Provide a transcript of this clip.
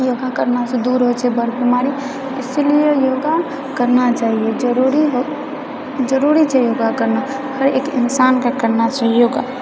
योगा करनासँ दूर होइ छै बड़ बेमारी ईसलिए योगा करना चाहिए जरुरी जरुरी छै योगा करना हर एक इन्सानके करना चाही योगा